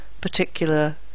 particular